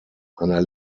einer